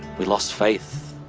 we lost faith,